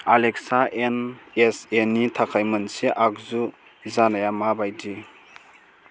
Alexa एनएसएनि थाखाय मोनसे आगजु जानाया माबायदि